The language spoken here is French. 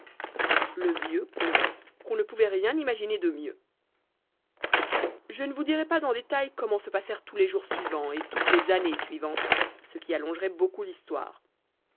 le vieux convint qu'on ne pouvait rien imaginer de mieux je ne vous dirai pas en détail comment se passèrent tous les jours suivants et toutes les années suivantes ce qui allongerait beaucoup l'histoire